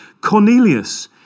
Cornelius